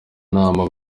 nama